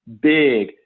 big